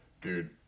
Dude